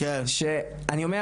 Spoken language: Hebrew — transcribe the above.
שאני אומר